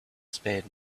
spade